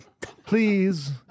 please